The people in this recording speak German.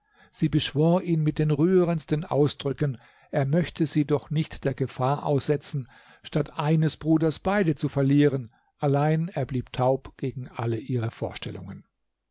sie beschwor ihn mit den rührendsten ausdrücken er möchte sie doch nicht der gefahr aussetzen statt eines bruders beide zu verlieren allein er blieb taub gegen alle ihre vorstellungen